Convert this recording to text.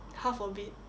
half of it